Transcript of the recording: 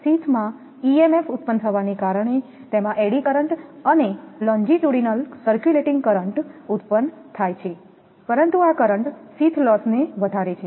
શીથમાં EMF ઉત્પન થવાના કારણે તેમાં એડી કરંટ અને લોનજીટુડીનલ સર્ક્યુલેટિંગ કરંટ ઉત્પન થાય છે પરંતુ આ કરંટ શીથ લોસને વધારે છે